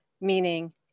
meaning